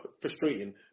frustrating